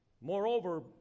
Moreover